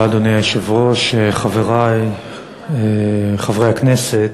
אדוני היושב-ראש, תודה רבה, חברי חברי הכנסת,